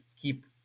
keep